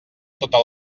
sota